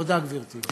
תודה, גברתי.